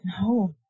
No